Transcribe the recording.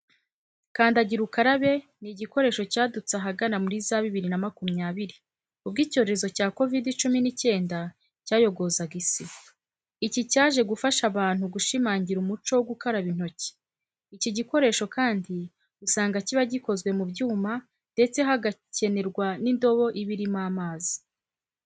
Kandagira ukarabe ni igikoresho cyadutse ahagana muri za bibiri na makumyabiri, ubwo icyorezo cya Covid cumi n'icyenda cyayogozaga isi. Iki cyaje gufasha abantu gushimangira umuco wo gukaraba intoki. Iki gikoresho kandi usanga kiba gikozwe mu byuma ndetse hagakenerwa n'indobo iba irimo amazi.